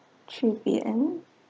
three P_M